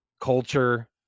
culture